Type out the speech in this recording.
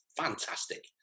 fantastic